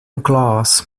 glass